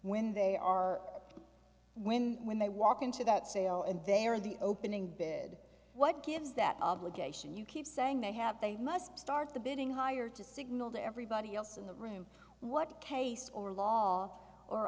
when they are when when they walk into that sale and they are the opening bid what gives that obligation you keep saying they have they must start the bidding higher to signal to everybody else in the room what case or law or